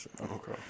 Okay